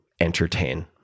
entertain